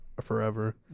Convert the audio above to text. forever